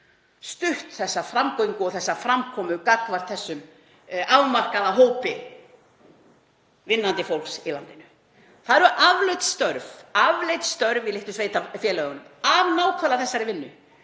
stutt þessa framgöngu og þessa framkomu gagnvart þessum afmarkaða hópi vinnandi fólks í landinu. Það eru afleidd störf í litlu sveitarfélögunum af nákvæmlega þessari vinnu,